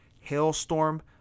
Hailstorm